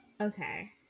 Okay